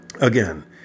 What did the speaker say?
Again